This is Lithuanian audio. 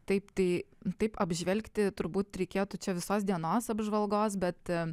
taip tai taip apžvelgti turbūt reikėtų čia visos dienos apžvalgos bet